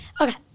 okay